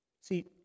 See